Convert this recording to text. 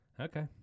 Okay